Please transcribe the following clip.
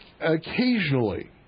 Occasionally